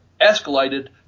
escalated